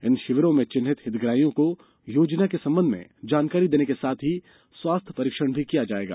इन शिविरों में चिन्हित हितप्राहियों को योजना के संबंध में जानकारी देने के साथ ही स्वास्थ्य परीक्षण भी किया जाएगा